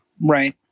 right